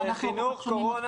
מקוטעים.